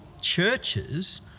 churches